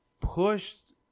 pushed